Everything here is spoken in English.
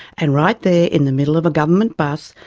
and, right there, in the middle of a government bus,